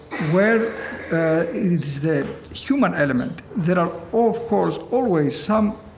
where is the human element that are, of course, always some